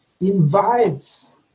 invites